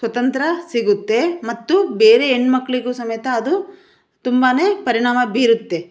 ಸ್ವಾತಂತ್ರ್ಯ ಸಿಗುತ್ತೆ ಮತ್ತು ಬೇರೆ ಹೆಣ್ಮಕ್ಳಿಗೂ ಸಮೇತ ಅದು ತುಂಬಾ ಪರಿಣಾಮ ಬೀರುತ್ತೆ